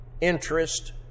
interest